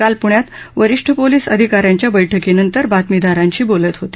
काल पृण्यात वरीष्ठ पोलीस अधिकाऱ्यांच्या बळ्ळीनंतर बातमीदारांशी बोलत होते